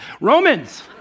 Romans